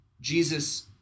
Jesus